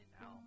now